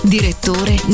Direttore